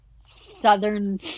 southern